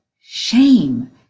shame